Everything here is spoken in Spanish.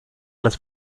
las